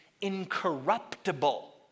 incorruptible